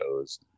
shows